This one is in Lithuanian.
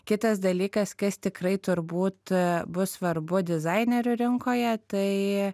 kitas dalykas kas tikrai turbūt bus svarbu dizainerių rinkoje tai